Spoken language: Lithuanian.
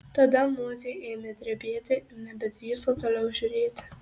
tada mozė ėmė drebėti ir nebedrįso toliau žiūrėti